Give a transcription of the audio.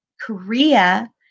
Korea